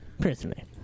Personally